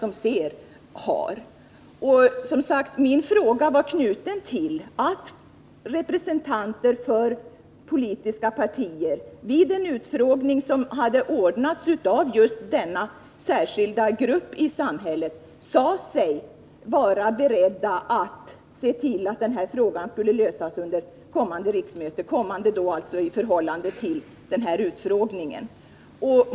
Min fråga var, som jag sagt, baserad på det förhållandet att representanter för politiska partier vid en utfrågning som hade anordnats av just denna särskilda grupp i samhället sade sig vara beredda att se till att denna fråga skulle lösas under det riksmöte som då förestod.